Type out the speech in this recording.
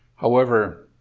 however,